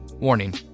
Warning